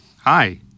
Hi